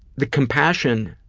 the compassion